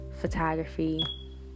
photography